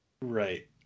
Right